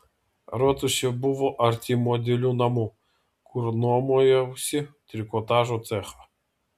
rotušė buvo arti modelių namų kur nuomojausi trikotažo cechą